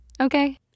Okay